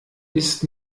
ist